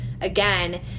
again